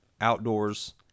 outdoors